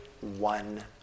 one